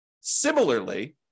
similarly